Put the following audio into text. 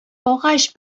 агач